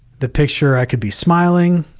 the picture i could be smiling,